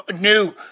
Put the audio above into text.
new